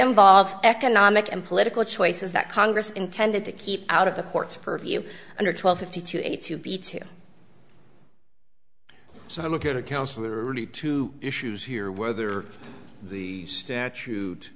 involves economic and political choices that congress intended to keep out of the court's purview under twelve fifty two a to b two so i look at a counselor really two issues here whether the statute